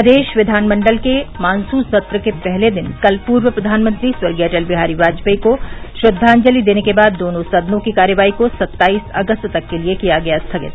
प्रदेश विधानमंडल के मानसून सत्र के पहले दिन कल पूर्व प्रधानमंत्री स्वर्गीय अटल बिहारी वाजपेई को श्रद्वाजंलि देने के बाद दोनों सदनों की कार्यवाही को सत्ताईस अगस्त तक के लिये किया गया स्थगित